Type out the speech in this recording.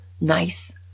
nice